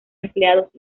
empleados